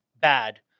bad